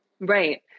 Right